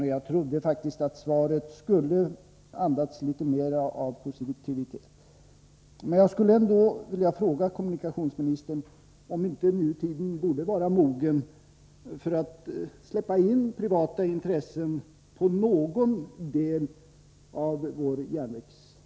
Därför trodde jag faktiskt att svaret i dag skulle bli litet mera positivt.